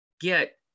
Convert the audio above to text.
get